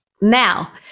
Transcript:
Now